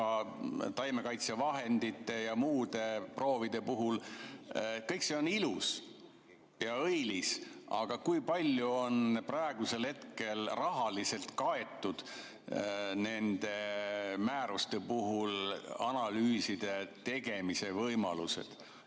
taimekaitsevahendite ja muude proovide puhul. Kõik see on ilus ja õilis. Aga kui palju on praegu rahaliselt kaetud nende määruste puhul analüüside tegemise võimalused,